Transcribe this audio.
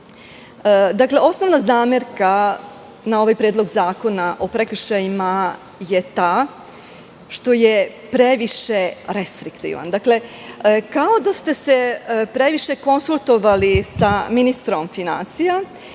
zakona. Dakle, osnovna zamerka na ovaj predlog zakona o prekršajima je ta što je previše restriktivan. Dakle, kao da ste se previše konsultovali sa ministrom finansija